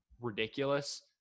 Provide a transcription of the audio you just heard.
ridiculous